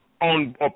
on